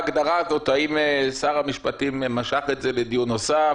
ההגדרה הזאת האם שר המשפטים משך את זה לדיון נוסף,